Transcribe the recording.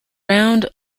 round